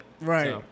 Right